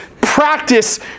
practice